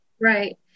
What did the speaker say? right